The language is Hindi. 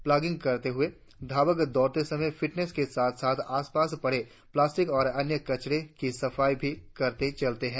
प्लागिंग करते हुए धावक दौड़ते समय फिटनेस के साथ साथ आसपास पड़े प्लास्टिक और अन्य कचरे की सफाई भी करते चलते है